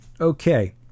okay